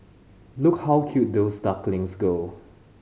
look how cute those ducklings go